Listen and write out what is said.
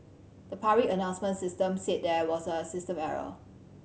the public announcement system said there was a system error